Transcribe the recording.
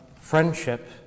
friendship